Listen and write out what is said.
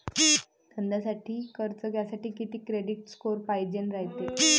धंद्यासाठी कर्ज घ्यासाठी कितीक क्रेडिट स्कोर पायजेन रायते?